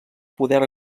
poder